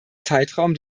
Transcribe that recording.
zeitraum